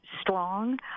strong